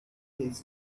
his